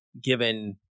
given